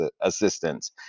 assistance